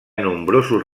nombrosos